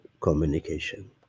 communication